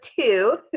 two